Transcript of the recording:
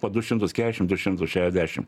po du šimtus keašim du šimtus šeadešim